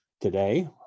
today